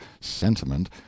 sentiment